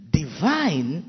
divine